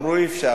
אמרו: אי-אפשר.